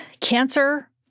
cancer